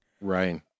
Right